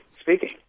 speaking